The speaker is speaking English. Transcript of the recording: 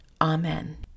Amen